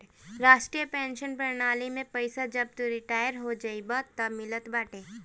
राष्ट्रीय पेंशन प्रणाली में पईसा जब तू रिटायर हो जइबअ तअ मिलत बाटे